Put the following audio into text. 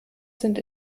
sind